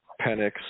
Penix